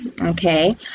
Okay